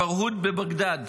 הפרהוד בבגדד,